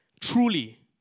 truly